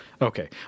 Okay